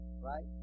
Right